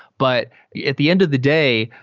but at the end of the day,